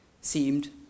seemed